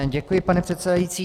Děkuji, pane předsedající.